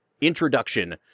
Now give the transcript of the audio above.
introduction